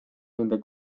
nende